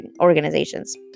organizations